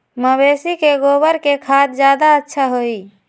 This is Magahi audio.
मवेसी के गोबर के खाद ज्यादा अच्छा होई?